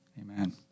Amen